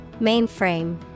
Mainframe